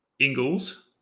Ingalls